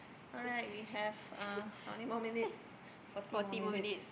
alright we have uh how many more minutes forty more minutes